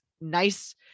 nice